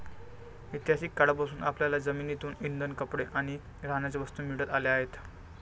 ऐतिहासिक काळापासून आपल्याला जमिनीतून इंधन, कपडे आणि राहण्याच्या वस्तू मिळत आल्या आहेत